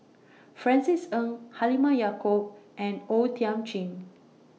Francis Ng Halimah Yacob and O Thiam Chin